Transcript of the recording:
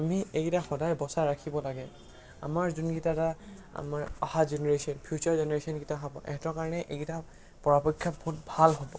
আমি এইকেইটা সদায় বচাই ৰাখিব লাগে আমাৰ যোনকেইটা আমাৰ আহা জেনেৰেশ্যন ফিউচাৰ জেনেৰেশ্যনকেইটা হ'ব ইহঁতৰ কাৰণে এইকেইটা পৰাপক্ষত বহুত ভাল হ'ব